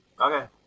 Okay